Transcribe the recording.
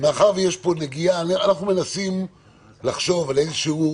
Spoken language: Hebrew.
מאחר ויש פה נגיעה, אנחנו מנסים לחשוב על איזשהו